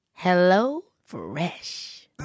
HelloFresh